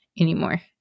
anymore